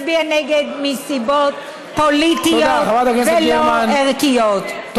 מצביע נגד מסיבות פוליטיות ולא ערכיות.